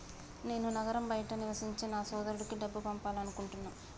నేను నగరం బయట నివసించే నా సోదరుడికి డబ్బు పంపాలనుకుంటున్నా